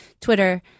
Twitter